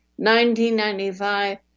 1995